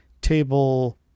table